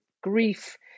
grief